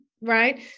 right